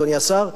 אדוני השר,